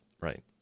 right